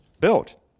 built